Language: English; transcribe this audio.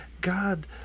God